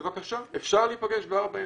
בבקשה, אפשר להיפגש בארבע עיניים,